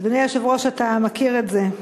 אדוני היושב-ראש, אתה מכיר את זה.